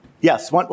Yes